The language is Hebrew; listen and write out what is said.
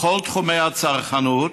בכל תחומי הצרכנות